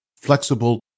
flexible